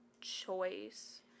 choice